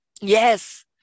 Yes